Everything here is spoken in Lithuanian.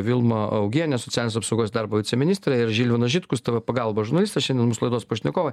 vilma augienė socialinės apsaugos darbo viceministrė ir žilvinas žitkus tv pagalbos žurnalistas šiandien mūsų laidos pašnekovai